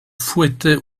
fouettait